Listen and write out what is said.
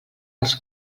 als